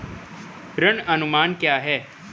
ऋण अनुमान क्या है?